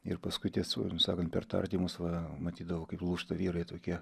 ir paskui tiesą sakant per tardymus va matydavau kaip lūžta vyrai tokie